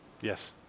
Yes